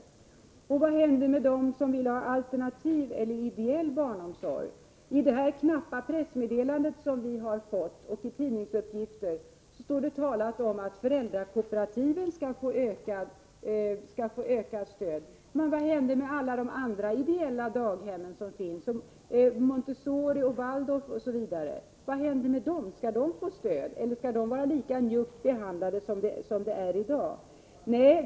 Vad händer med dem som vill ha alternativ eller ideell barnomsorg? I det knappa pressmeddelande som vi har fått och i tidningsuppgifter talas det om att föräldrakooperativen skall få ökat stöd, men vad händer med alla de andra ideella daghem som finns — Montessori, Waldorf osv.? Skall de få stöd, eller skall de vara lika njuggt behandlade som i dag?